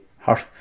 hard